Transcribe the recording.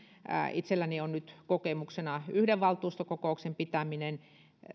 itselläni on nyt kokemuksena yhden valtuustokokouksen pitäminen